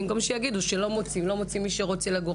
במקום להגיד שלא מוצאים מי שרוצה לגור.